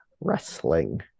wrestling